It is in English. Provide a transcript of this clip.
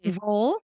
role